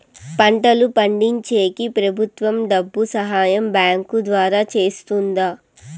పంటలు పండించేకి ప్రభుత్వం డబ్బు సహాయం బ్యాంకు ద్వారా చేస్తుందా?